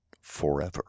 forever